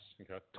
Okay